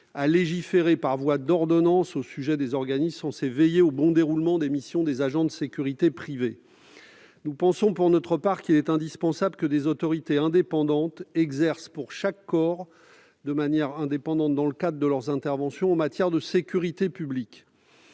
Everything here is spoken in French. à légiférer par voie d'ordonnance au sujet des organismes censés veiller au bon déroulement des missions des agents de sécurité privée. Nous estimons pour notre part qu'il est indispensable que des autorités indépendantes exercent, dans le cadre de leurs interventions en matière de sécurité publique,